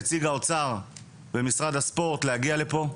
נציג האוצר במשרד הספורט להגיע לפה.